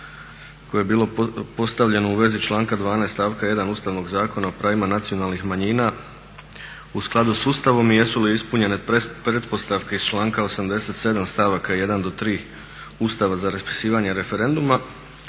koje je bilo postavljeno u vezi članka 12.stavka 1. Ustavnog zakona o pravima nacionalnih manjina u skladu s Ustavom i jesu li ispunjene pretpostavke iz članka 87.stavaka 1.do 3. Ustava za raspisivanje referenduma